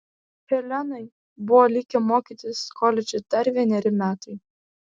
helenai buvo likę mokytis koledže dar vieneri metai